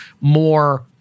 more